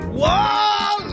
whoa